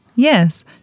yes